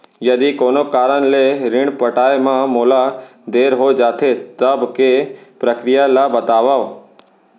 यदि कोनो कारन ले ऋण पटाय मा मोला देर हो जाथे, तब के प्रक्रिया ला बतावव